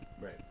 Right